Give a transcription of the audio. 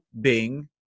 Bing